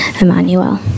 Emmanuel